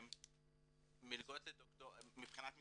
מבחינת מספרים,